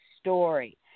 story